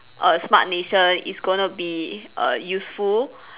a smart nation is going to be err useful